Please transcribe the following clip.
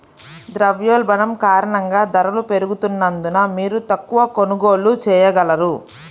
ద్రవ్యోల్బణం కారణంగా ధరలు పెరుగుతున్నందున, మీరు తక్కువ కొనుగోళ్ళు చేయగలరు